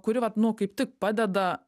kuri vat nu kaip tik padeda